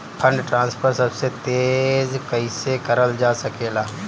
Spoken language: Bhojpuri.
फंडट्रांसफर सबसे तेज कइसे करल जा सकेला?